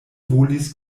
volis